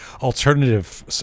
alternative